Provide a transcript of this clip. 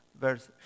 verse